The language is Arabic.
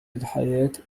الحياة